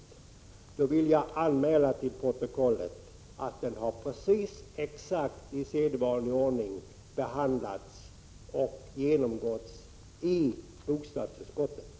Jag vill därför till protokollet anmäla att frågan i exakt sedvanlig ordning har behandlats och genomgåtts i bostadsutskottet.